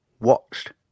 watched